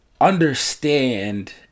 understand